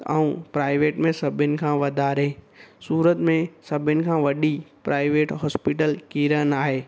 ऐं प्राइवेट में सभिनि खां वधारे सूरत में सभिनि खां वॾी प्राइवेट हॉस्पिटल किरण आहे